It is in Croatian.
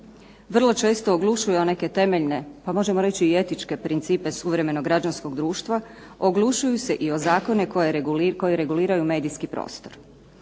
vrlo često oglušuju o neke temeljne, pa možemo reći i etičke principe suvremenog građanskog društva, oglušuju se i o zakone koji reguliraju medijski prostor.